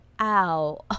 ow